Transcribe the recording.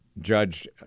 judged